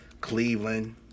Cleveland